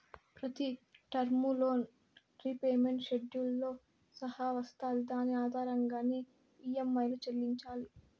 ప్రతి term loan repayment షెడ్యూల్తో సహా వస్తాది దాని ఆధారంగానే ఈ.యం.ఐలు చెల్లించాలి